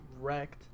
wrecked